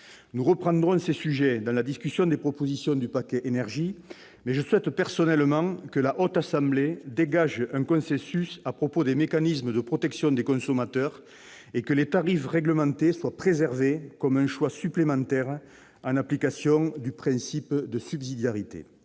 Nous reprendrons ces sujets lors de la discussion des propositions du « paquet énergie propre ». Je souhaite, à titre personnel, qu'il se dégage à la Haute Assemblée un consensus à propos des mécanismes de protection des consommateurs et que les tarifs réglementés soient préservés comme un choix supplémentaire, en application du principe de subsidiarité.